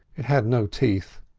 it had no teeth.